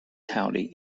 county